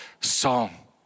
song